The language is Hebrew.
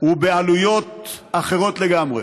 ובעלויות אחרות לגמרי.